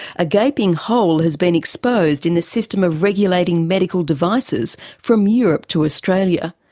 a gaping hole has been exposed in the system of regulating medical devices from europe to australia,